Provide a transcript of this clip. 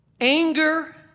anger